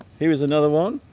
here is another one